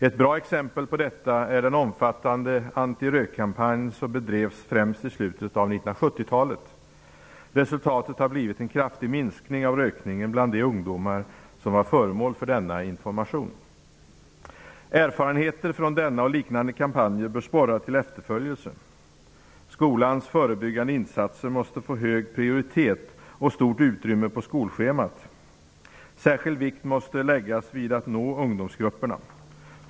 Ett bra exempel på detta är den omfattande antirökkampanj som bedrevs främst i slutet av 1970-talet. Resultatet har blivit en kraftig minskning av rökningen bland de ungdomar som var föremål för denna information. Erfarenheter från denna och liknande kampanjer bör sporra till efterföljelse. Skolans förebyggande insatser måste få hög prioritet och stort utrymme på skolschemat. Särskild vikt måste läggas vid att nå ungdomsgrupperna.